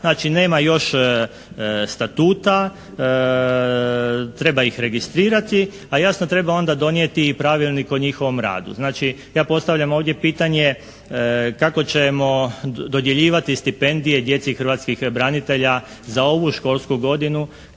Znači nema još statuta. Treba ih registrirati. A jasno treba onda donijeti i pravilnik o njihovom radu. Znači, ja postavljam ovdje pitanje kako ćemo dodjeljivati stipendije djeci hrvatskih branitelja za ovu školsku godinu